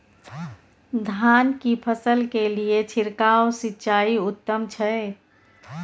धान की फसल के लिये छिरकाव सिंचाई उत्तम छै?